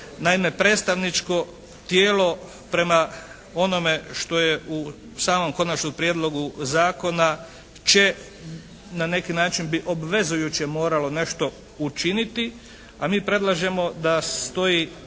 Naime predstavničko tijelo prema onome što je u samom konačnom prijedlogu zakona "će" na neki način bi obvezujuće moralo nešto učiniti, a mi predlažemo da stoji